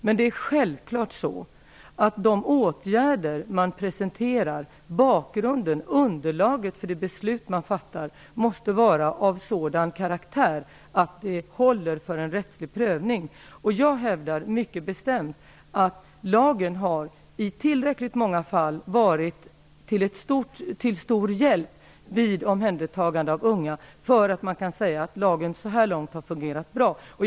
Men det är självklart så, att de åtgärder man presenterar och bakgrunden och underlaget för det beslut man fattar måste vara av sådan karaktär att de håller för en rättslig prövning. Jag hävdar mycket bestämt att lagen i tillräckligt många fall har varit till så stor hjälp vid omhändertagande av unga att man kan säga att den så här långt har fungerat bra.